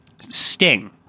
Sting